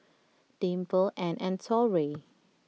Dimple Ann and Torey